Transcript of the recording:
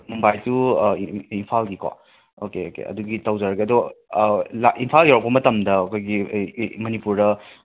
Mumbai to ꯏꯝꯐꯥꯜꯒꯤꯀꯣ okay okay ꯑꯗꯨꯗꯤ ꯇꯧꯖꯔꯛꯑꯒꯦ ꯑꯗꯣ ꯂꯥꯛ ꯏꯝꯐꯥꯜ ꯌꯧꯔꯛꯄ ꯃꯇꯝꯗ ꯑꯈꯣꯏꯒꯤ ꯃꯅꯤꯄꯨꯔꯗ